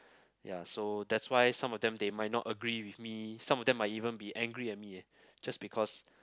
ya so that's why some of them they might not agree with me some of them might even be angry at me eh just because